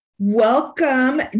Welcome